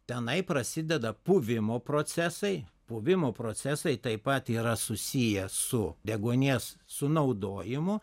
tenai prasideda puvimo procesai puvimų procesai taip pat yra susiję su deguonies sunaudojimu